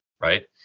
right